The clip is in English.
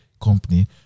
company